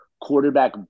quarterback